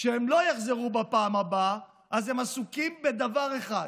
שהם לא יחזרו בפעם הבאה, אז הם עסוקים בדבר אחד,